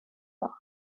temps